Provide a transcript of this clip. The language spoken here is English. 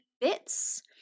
bits